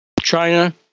China